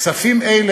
כספים אלה,